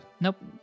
Nope